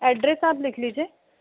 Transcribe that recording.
address आप लिख लीजिए